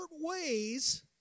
ways